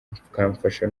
bikamfasha